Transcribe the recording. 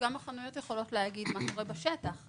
וגם החנויות יכולות להגיד מה קורה בשטח.